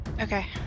Okay